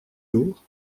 lourd